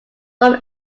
from